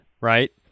right